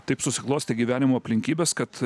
taip susiklostė gyvenimo aplinkybės kad